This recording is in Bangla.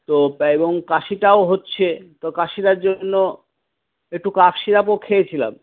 তো এবং কাশিটাও হচ্ছে তো কাশিটার জন্য একটু কাফ সিরাপও খেয়েছিলাম